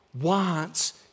wants